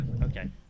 okay